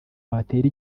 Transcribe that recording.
watera